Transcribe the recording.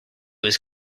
his